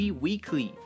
Weekly，